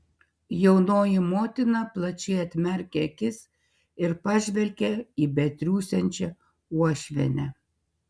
jaunoji motina plačiai atmerkė akis ir pažvelgė į betriūsiančią uošvienę